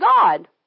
God